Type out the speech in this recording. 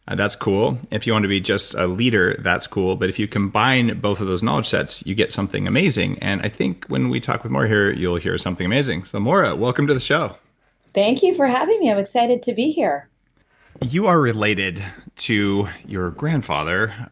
and that's cool. if you want to be just a leader, that's cool. but if you combine both of those knowledge sets, you get something amazing and i think when we talk with moira here, you'll hear something amazing so moira, welcome to the show thank you for having me. i'm excited to be here you are related to your grandfather,